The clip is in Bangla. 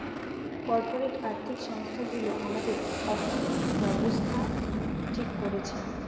কর্পোরেট আর্থিক সংস্থানগুলো আমাদের অর্থনৈতিক ব্যাবস্থা ঠিক করছে